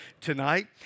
tonight